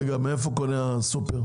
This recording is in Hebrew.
רגע, מאיפה קונה הסופר?